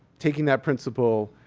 taking that principle.